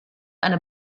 eine